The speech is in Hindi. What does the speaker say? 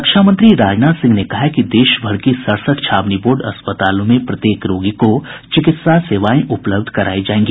रक्षा मंत्री राजनाथ सिंह ने कहा है कि देशभर की सड़सठ छावनी बोर्ड अस्पतालों में प्रत्येक रोगी को चिकित्सा सेवाएं उपलब्ध कराई जायेंगी